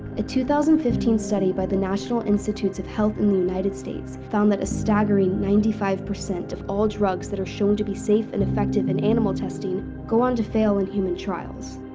a two thousand and fifteen study by the national institutes of health in the united states found that a staggering ninety five percent of all drugs that are shown to be safe and effective in animal testing go on to fail in human trials.